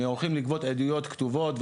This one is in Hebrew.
הם הולכים לגבות עדויות כתובות,